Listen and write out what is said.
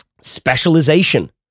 specialization